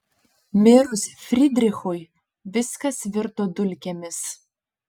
mirus frydrichui viskas virto dulkėmis